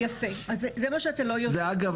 ואגב,